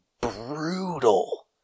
brutal